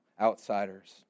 outsiders